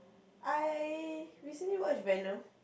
I recently watched Venom